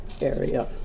area